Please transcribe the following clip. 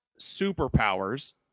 superpowers